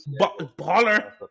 Baller